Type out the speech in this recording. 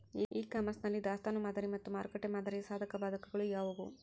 E commerce ನಲ್ಲಿ ದಾಸ್ತನು ಮಾದರಿ ಮತ್ತು ಮಾರುಕಟ್ಟೆ ಮಾದರಿಯ ಸಾಧಕಬಾಧಕಗಳು ಯಾವುವು?